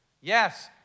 Yes